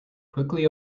quickly